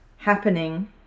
happening